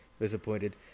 Disappointed